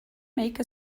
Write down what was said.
make